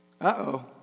uh-oh